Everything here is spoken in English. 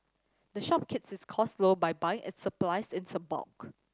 the shop keeps its costs low by buying its supplies in bulk